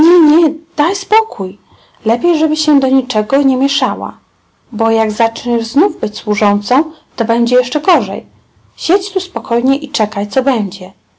daj spokój lepiej żebyś już się do niczego nie mieszała bo jak zaczniesz znów być służącą to będzie jeszcze gorzej siedź tu spokojnie i czekaj co będzie